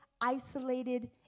isolated